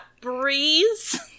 breeze